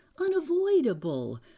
unavoidable